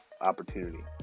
opportunity